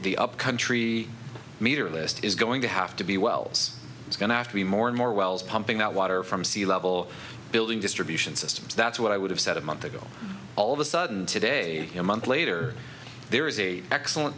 the up country meter list is going to have to be well it's going to have to be more and more wells pumping out water from sea level building distribution systems that's what i would have said a month ago all of a sudden today a month later there is a excellent